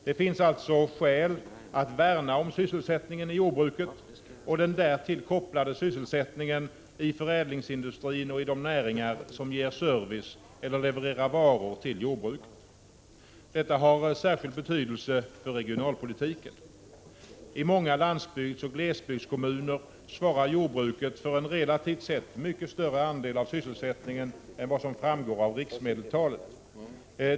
Det finns alltså skäl att värna om sysselsättningen i jordbruket och den därtill kopplade sysselsättningen i förädlingsindustrin 47 och i de näringar som ger service eller levererar varor till jordbruket. Detta har särskild betydelse för regionalpolitiken. I många landsbygdsoch glesbygdskommuner svarar jordbruket för en relativt sett mycket större andel av sysselsättningen än vad som framgår av riksmedeltalet.